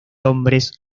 hombres